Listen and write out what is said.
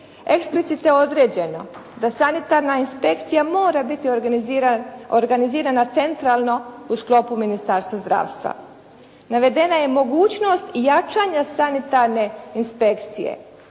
explicite određeno da sanitarna inspekcija mora biti organizirana centralno u sklopu Ministarstva zdravstva. Navedena je mogućnost jačanja sanitarne inspekcije